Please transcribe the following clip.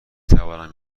توانم